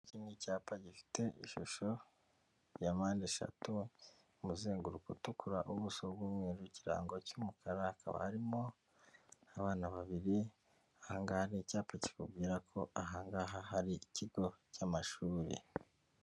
Ni icyapa gifite ishusho ya mpande eshatu umuzenguruko utukura, ubuso bw'umweru, ikirango cy'umukara. Hakaba harimo n'abana babiri aha ngaha ni icyapa kikubwira ko aha ngaha hari ikigo cy'amashuri.